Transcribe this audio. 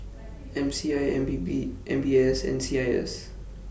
M C I M B B M B S and C I S